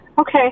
Okay